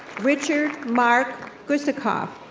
richard mark gusikoff.